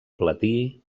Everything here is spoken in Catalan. platí